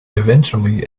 eventually